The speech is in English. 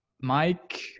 Mike